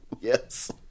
Yes